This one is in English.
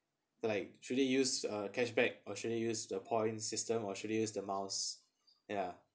like should they use a cashback or should they use the point system or should they use the miles ya